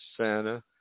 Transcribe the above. Santa